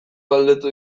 galdetu